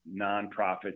nonprofits